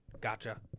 Gotcha